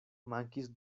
mankis